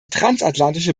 transatlantische